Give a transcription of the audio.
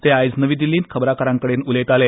ते आयज नवी दिल्लीत खबराकारांकडेन उलयताले